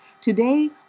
Today